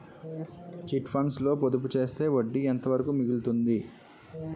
Chit funds లో పొదుపు చేస్తే వడ్డీ ఎంత వరకు మిగులుతుంది?